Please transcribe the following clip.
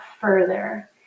further